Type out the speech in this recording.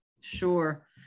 Sure